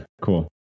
cool